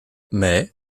mais